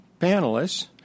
panelists